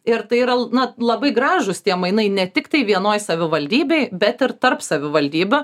ir tai yra na labai gražūs tie mainai ne tiktai vienoj savivaldybėj bet ir tarp savivaldybių